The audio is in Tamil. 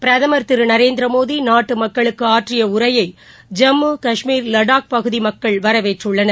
பிரதம் திரு நரேந்திரமோடி நாட்டு மக்களுக்கு ஆற்றிய உரையை ஜம்மு கஷ்மீர் லடாக் பகுதி மக்கள் வரவேற்றுள்ளனர்